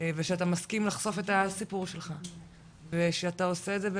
ושאתה מסכים לחשוף את הסיפור שלך ושאתה עושה את זה,